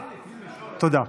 תודה.